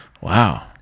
Wow